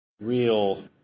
real